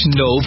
no